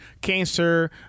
cancer